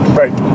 right